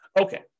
Okay